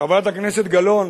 חברת הכנסת גלאון,